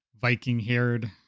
Viking-haired